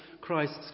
Christ's